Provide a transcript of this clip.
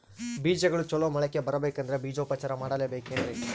ಬೇಜಗಳು ಚಲೋ ಮೊಳಕೆ ಬರಬೇಕಂದ್ರೆ ಬೇಜೋಪಚಾರ ಮಾಡಲೆಬೇಕೆನ್ರಿ?